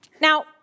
Now